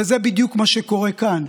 וזה בדיוק מה שקורה כאן.